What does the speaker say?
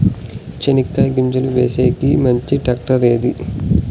చెనక్కాయ గింజలు వేసేకి మంచి టాక్టర్ ఏది?